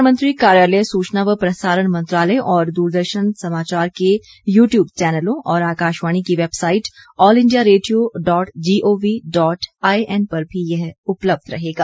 प्रधानमंत्री कार्यालय सूचना व प्रसारण मंत्रालय और दूरदर्शन समाचार के यूट्यूब चैनलों और आकाशवाणी की website all India radio dot G O V dot I N पर भी यह उपलब्ध रहेगा